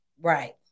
Right